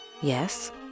Yes